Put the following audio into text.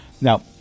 Now